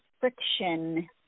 friction